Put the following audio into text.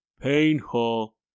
painful